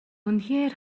үнэхээр